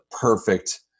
perfect